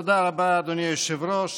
תודה רבה, אדוני היושב-ראש.